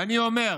ואני אומר: